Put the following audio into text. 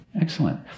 Excellent